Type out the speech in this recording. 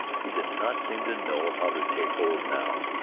he did not seem to know how to take hold now,